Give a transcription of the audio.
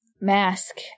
mask